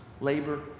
labor